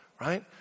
right